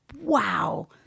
wow